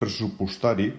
pressupostari